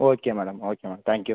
okay madam okay madam thank you